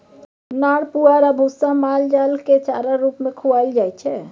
नार पुआर आ भुस्सा माल जालकेँ चारा रुप मे खुआएल जाइ छै